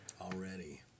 already